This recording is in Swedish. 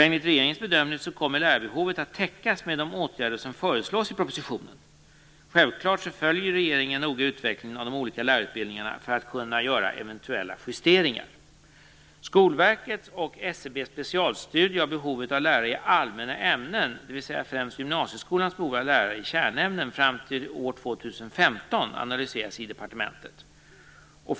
Enligt regeringens bedömning kommer lärarbehovet att täckas med de åtgärder som föreslås i propositionen. Självklart följer regeringen noggrant utvecklingen av de olika lärarutbildningarna för att kunna göra eventuella justeringar. analyseras i departementet.